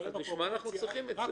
בשביל מה אנחנו צריכים את זה?